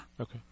Okay